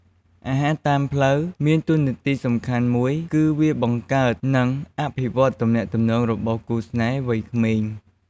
អាហារតាមផ្លូវ មានតួនាទីសំខាន់មួយ គឹវាបង្កើត និងអភិវឌ្ឍទំនាក់ទំនងរបស់គូស្នេហ៍វ័យក្មេង។